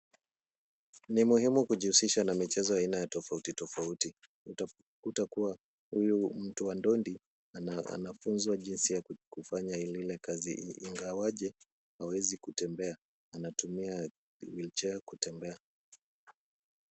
Ni muhimu kujihusisha na michezo ya aina ya tofauti tofauti. Utakuta kuwa huyu mtu wa ndondi anafunzwa jinsi ya kufanya ile kazi, ingawaje hawezi kutembea, anatumia wheelchair kutembea.